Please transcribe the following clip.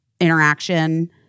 interaction